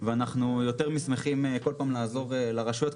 אנחנו יותר משמחים בכל פעם לעזור לרשויות,